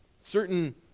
Certain